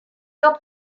dat